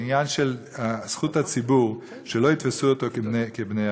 זה עניין של זכות הציבור שלא יתפסו אותו כבני-ערובה.